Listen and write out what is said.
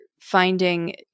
Finding